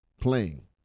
playing